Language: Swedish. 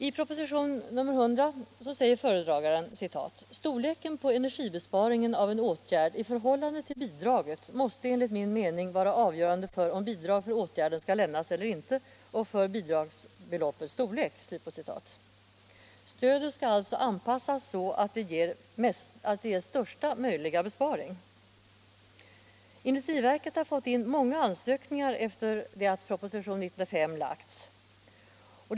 I propositionen 100 säger föredraganden: ”Storleken på energibesparingen av en åtgärd i förhållande till bidraget måste enligt min mening vara avgörande för om bidrag för åtgärden skall lämnas eller inte och för bidragsbeloppets storlek.” Stödet skall alltså anpassas så att det ger största möjliga besparing. Industriverket har fått in många ansökningar efter det att propositionen 95 lagts fram.